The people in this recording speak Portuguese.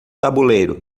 tabuleiro